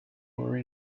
are